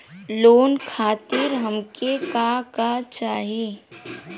Loan खातीर हमके का का चाही?